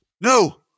No